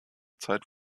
zeit